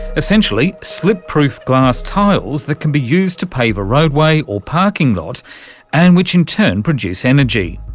essentially slip-proof glass tiles that can be used to pave a roadway or parking lot and which in turn produce energy.